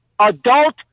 adult